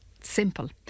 simple